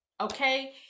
okay